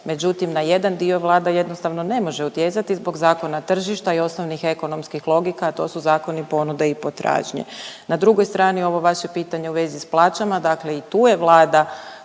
međutim na jedan dio Vlada jednostavno ne može utjecati zbog zakona tržišta i osnovnih ekonomskih logika, a to su zakoni ponude i potražnje. Na drugoj strani ovo vaše pitanje u vezi s plaćama, dakle i tu je Vlada